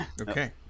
Okay